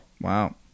Wow